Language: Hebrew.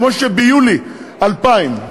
כמו שביולי 2000,